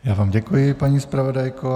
Já vám děkuji, paní zpravodajko.